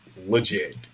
legit